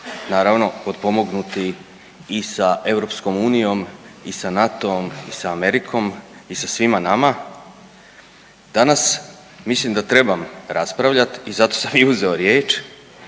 naravno potpomognuti i sa EU i sa NATO-om i sa Amerikom i sa svima nama danas mislim da trebam raspravljat i zato sam i uzeo riječ